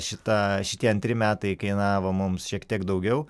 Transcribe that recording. šita šitie antri metai kainavo mums šiek tiek daugiau